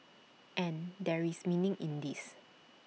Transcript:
and there is meaning in this